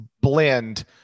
blend